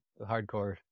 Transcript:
hardcore